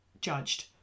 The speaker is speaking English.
judged